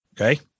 Okay